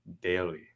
daily